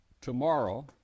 tomorrow